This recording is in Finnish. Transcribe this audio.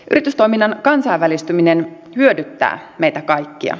yritystoiminnan kansainvälistyminen hyödyttää meitä kaikkia